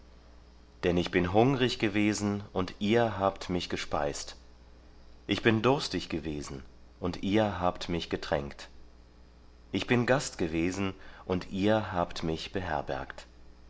denn ich bin hungrig gewesen und ihr habt mich gespeist ich bin durstig gewesen und ihr habt mich getränkt ich bin gast gewesen und ihr habt mich beherbergt